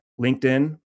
LinkedIn